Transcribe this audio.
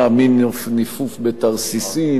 מנפנוף בתרסיסים,